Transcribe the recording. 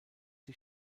die